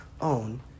own